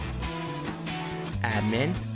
admin